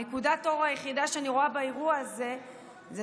נקודת האור היחידה שאני רואה באירוע הזה זה